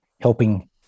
helping